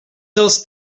dels